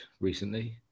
recently